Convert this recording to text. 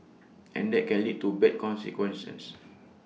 and that can lead to bad consequences